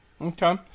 Okay